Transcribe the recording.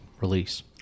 release